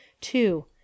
Two